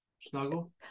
snuggle